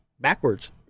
backwards